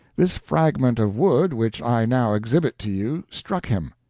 this fragment of wood which i now exhibit to you struck him.